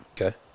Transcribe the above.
Okay